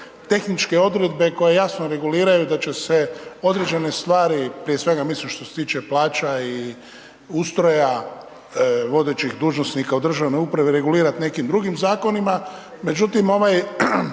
tehničke odredbe koje jasno reguliraju da će se određene stvari, prije svega mislim što se tiče plaća i ustroja vodećih dužnosnika u državnoj upravi, regulirat nekim drugim zakonima. Međutim, ovaj